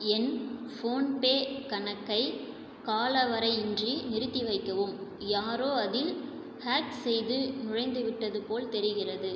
என் PhonePe கணக்கை காலவரையின்றி நிறுத்திவைக்கவும் யாரோ அதில் ஹேக் செய்து நுழைந்துவிட்டது போல் தெரிகிறது